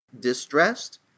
distressed